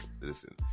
listen